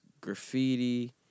graffiti